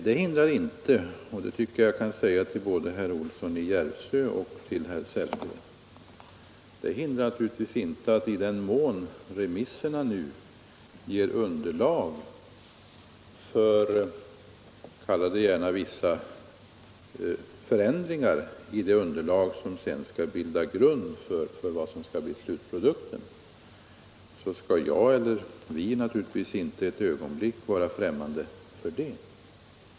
Det hindrar inte — och det tycker jag att jag kan säga både till herr Olsson i Järvsö och herr Sellgren — att i den mån remissyttrandena ger underlag för vissa förändringar i vad som skall bli slutprodukten skall vi naturligtvis inte ett ögonblick stå främmande för det.